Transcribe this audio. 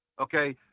Okay